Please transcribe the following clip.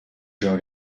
zou